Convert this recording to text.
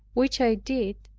which i did,